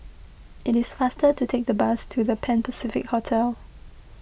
it is faster to take the bus to the Pan Pacific Hotel